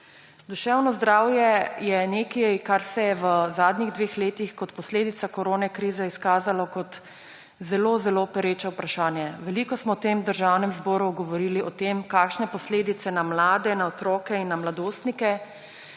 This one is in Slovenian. Duševno zdravje je nekaj, kar se je v zadnjih dveh letih kot posledica koronakrize izkazalo kot zelo, zelo pereče vprašanje. Veliko smo v Državnem zboru govorili o tem, kakšne posledice na mlade, na otroke in na mladostnike